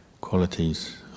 qualities